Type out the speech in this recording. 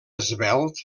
esvelt